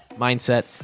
mindset